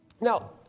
Now